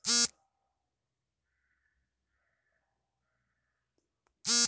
financial risk ನಿಂದ ರಕ್ಷಿಸಲು business policy ತಕ್ಕೋಬೇಕು